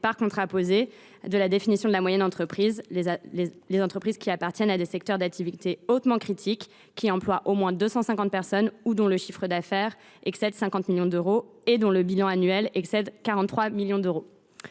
les entités essentielles sont les entreprises qui appartiennent à des secteurs d’activité hautement critiques qui emploient au moins 250 personnes ou dont le chiffre d’affaires excède 50 millions d’euros et dont le bilan annuel excède 43 millions d’euros.